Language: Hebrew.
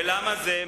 ולמה זה?